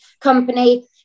company